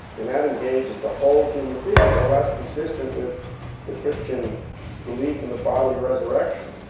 and that engages the whole human being. well, that's consistent with the christian belief in the bodily resurrection,